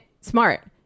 smart